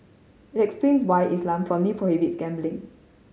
it explains why Islam firmly prohibits gambling